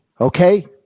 okay